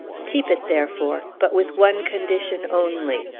keep it, therefore, but with one condition only.